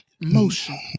motion